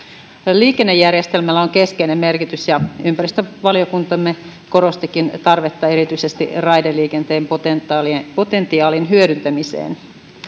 liikennejärjestelmällä on keskeinen merkitys ja ympäristövaliokuntamme korostikin tarvetta erityisesti raideliikenteen potentiaalin potentiaalin hyödyntämiseen